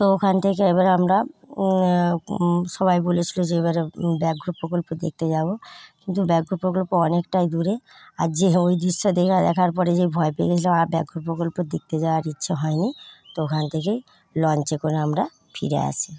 তো ওখান থেকে এবারে আমরা সবাই বলেছিলো যে এবারে ব্যাঘ্র প্রকল্প দেখতে যাবো কিন্তু ব্যাঘ্র প্রকল্প অনেকটাই দূরে আর যে ওই দৃশ্য দেখার পরে যে ভয় পেয়ে গিয়েছিলাম আর ব্যাঘ্র প্রকল্প দেখতে যাওয়ার ইচ্ছে হয়নি তো ওখান থেকেই লঞ্চে করে আমরা ফিরে আসি